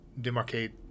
demarcate